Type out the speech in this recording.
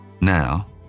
Now